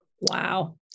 Wow